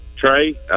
Trey